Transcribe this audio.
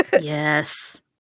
Yes